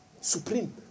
Supreme